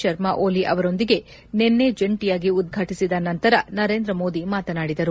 ಶರ್ಮಾಓಲಿ ಅವರೊಂದಿಗೆ ನಿನ್ನೆ ಜಂಟಿಯಾಗಿ ಉದ್ವಾಟಿಸಿದ ನಂತರ ನರೇಂದ್ರಮೋದಿ ಮಾತನಾಡಿದರು